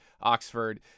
Oxford